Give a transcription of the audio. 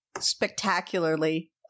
spectacularly